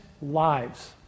Lives